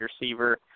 receiver